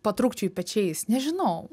patrukčioju pečiais nežinau